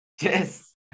Yes